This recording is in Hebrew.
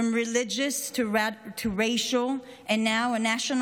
from religious to racial, and now a national